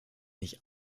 nicht